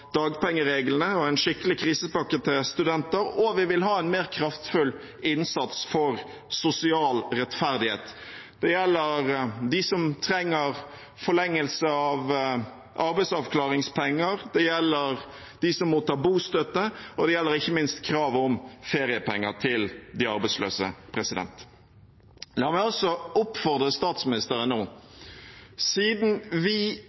dagpengereglene, og en skikkelig krisepakke til studenter. Og vi vil ha en mer kraftfull innsats for sosial rettferdighet. Det gjelder dem som trenger forlengelse av arbeidsavklaringspenger, det gjelder dem som mottar bostøtte, og det gjelder ikke minst kravet om feriepenger til de arbeidsløse. La meg også oppfordre statsministeren: Siden vi